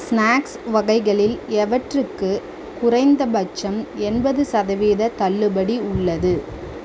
snacks வகைகளில் எவற்றுக்கு குறைந்தபட்சம் எண்பது சதவீதம் தள்ளுபடி உள்ளது